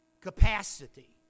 capacity